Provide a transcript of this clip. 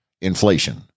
inflation